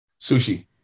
Sushi